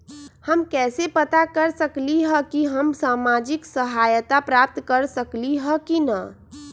हम कैसे पता कर सकली ह की हम सामाजिक सहायता प्राप्त कर सकली ह की न?